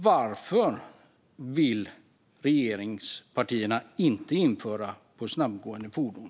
Varför vill regeringspartierna inte införa förarbevis för snabbgående fordon?